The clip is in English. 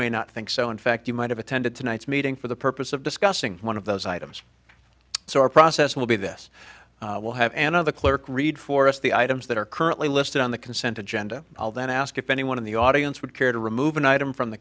may not think so in fact you might have attended tonight's meeting for the purpose of discussing one of those items so our process will be this will have and of the clerk read for us the items that are currently listed on the consent agenda all that ask if anyone in the audience would care to remove an item from the